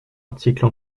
article